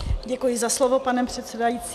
Děkuji za slovo, pane předsedající.